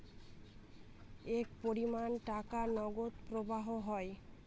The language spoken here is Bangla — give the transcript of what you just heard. এক পরিমান টাকার নগদ প্রবাহ হয়